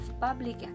public